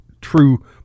true